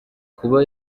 kuba